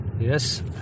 Yes